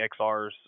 XRs